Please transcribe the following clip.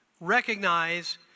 recognize